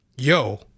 Yo